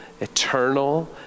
eternal